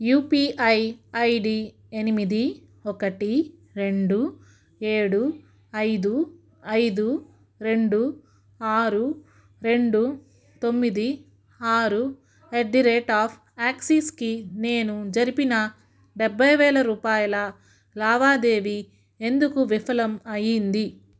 UPI ID ఎనిమిది ఒకటి రెండు ఏడు ఐదు ఐదు రెండు ఆరు రెండు తొమ్మిది ఆరు ఎట్ ది రేట్ ఆఫ్ యాక్సిస్కి నేను జరిపిన డెబ్బైవేల రూపాయల లావాదేవీ ఎందుకు విఫలం అయ్యింది